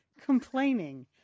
complaining